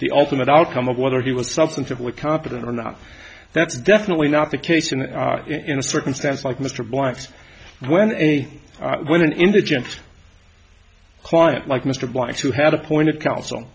the ultimate outcome of whether he was substantively competent or not that's definitely not the case and in a circumstance like mr black's when when an indigent client like mr black's who had appointed counsel